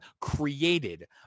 created